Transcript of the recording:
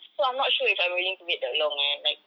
so I'm not sure if I'm willing to wait that long eh like